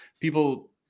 People